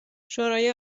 شورای